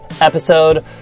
episode